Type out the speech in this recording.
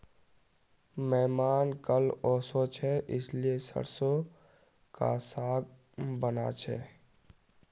मेहमान कल ओशो छे इसीलिए सरसों का साग बाना छे